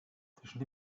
zwischen